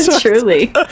Truly